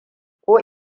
ku